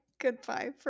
goodbye